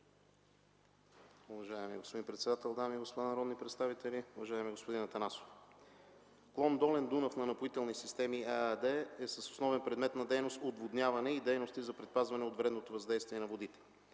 Уважаеми господин председател, дами и господа народни представители, уважаеми господин Атанасов! Клон „Долен Дунав” на „Напоителни системи” ЕАД е с основен предмет на дейност отводняване и дейности за предпазване от вредното въздействие на водите.